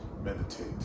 Meditate